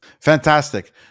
fantastic